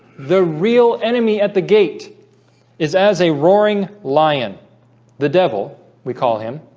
the real enemy at the gate is as a roaring lion the devil we call him